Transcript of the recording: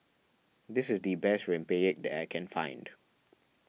this is the best Rempeyek that I can find